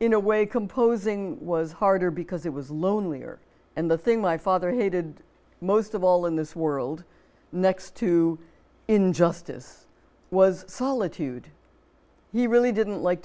in a way composing was harder because it was lonelier and the thing my father hated most of all in this world next to injustice was solitude he really didn't like